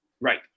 Right